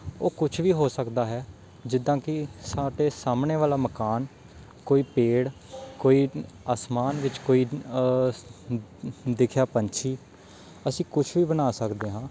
ਉਹ ਕੁਛ ਵੀ ਹੋ ਸਕਦਾ ਹੈ ਜਿੱਦਾਂ ਕਿ ਸਾਡੇ ਸਾਹਮਣੇ ਵਾਲਾ ਮਕਾਨ ਕੋਈ ਪੇੜ ਕੋਈ ਅਸਮਾਨ ਵਿੱਚ ਕੋਈ ਦਿਖਿਆ ਪੰਛੀ ਅਸੀਂ ਕੁਛ ਵੀ ਬਣਾ ਸਕਦੇ ਹਾਂ